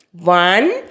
One